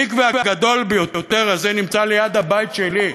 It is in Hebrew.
המקווה הגדול ביותר הזה נמצא ליד הבית שלי.